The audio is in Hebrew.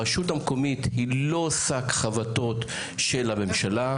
הרשות היא לא שק חבטות של הממשלה.